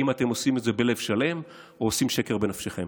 אם אתם עושים את זה בלב שלם או עושים שקר בנפשכם.